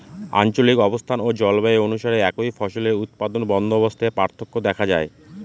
আঞ্চলিক অবস্থান ও জলবায়ু অনুসারে একই ফসলের উৎপাদন বন্দোবস্তে পার্থক্য দেখা যায়